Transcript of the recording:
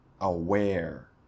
aware